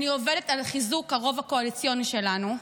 אני עובדת על חיזוק הרוב הקואליציוני שלנו.